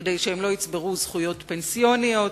כדי שהם לא יצברו זכויות פנסיוניות,